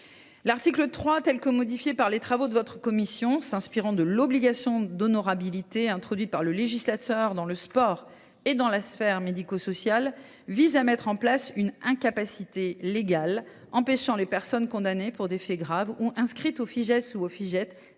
L’article 3, tel qu’il a été modifié au cours des travaux de votre commission, s’inspire de l’obligation d’honorabilité introduite par le législateur dans le sport et dans la sphère médico sociale ; il vise à mettre en place une incapacité légale empêchant les personnes condamnées pour des faits graves ou inscrites au Fijais ou au Fijait